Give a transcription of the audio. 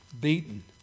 Beaten